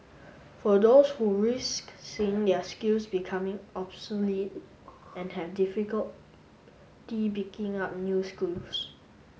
for those who risk seeing their skills becoming obsolete and have difficulty picking up new schools